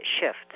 shifts